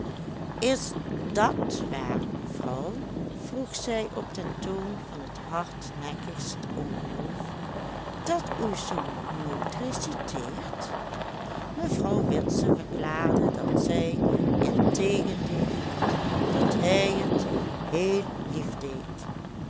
is dat waar mevrouw vroeg zij op den toon van het hardnekkigst ongeloof dat uw zoon nooit reciteert mevrouw witse verklaarde dat zij integendeel vond dat hij het heel lief